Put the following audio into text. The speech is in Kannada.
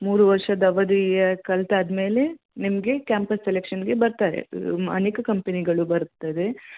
ಮೂರು ವರ್ಷದ ಅವಧಿ ಕಲ್ತಾದ ಮೇಲೆ ನಿಮಗೆ ಕ್ಯಾಂಪಸ್ ಸೆಲೆಕ್ಷನ್ಗೆ ಬರ್ತಾರೆ ಅನೇಕ ಕಂಪನಿಗಳು ಬರ್ತದೆ